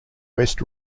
west